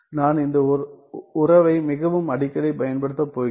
நான் இந்த உறவை மிகவும் அடிக்கடி பயன்படுத்தப் போகிறேன்